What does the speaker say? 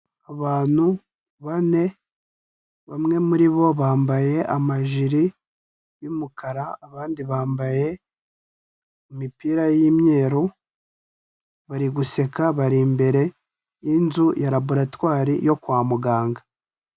Abantu bane, bamwe muri bo bambaye amajiri y'umukara, abandi bambaye imipira y'umweru, bari guseka, bari imbere y'inzu ya raboratwari yo kwa muganga.